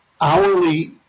hourly